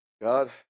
God